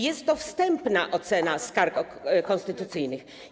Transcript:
Jest to wstępna ocena skarg konstytucyjnych.